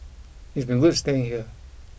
it's been good staying here